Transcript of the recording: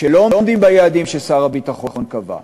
שלא עומדים ביעדים ששר הביטחון קבע,